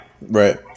Right